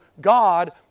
God